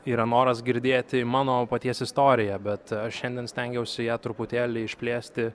yra noras girdėti mano paties istoriją bet aš šiandien stengiausi ją truputėlį išplėsti